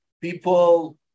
people